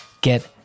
get